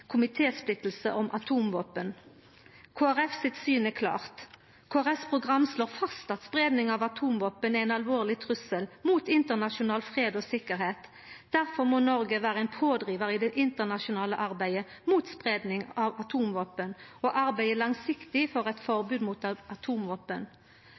om atomvåpen. Kristeleg Folkeparti sitt syn er klart: Kristeleg Folkepartis program slår fast at spreiing av atomvåpen er ein alvorleg trussel mot internasjonal fred og sikkerheit. Derfor må Noreg vera ein pådrivar i det internasjonale arbeidet mot spreiing av atomvåpen og arbeida langsiktig for eit